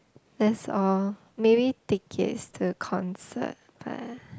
that's all maybe tickets to concert but